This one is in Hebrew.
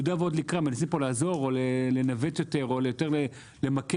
מנסים פה לעזור או לנווט או יותר למקד.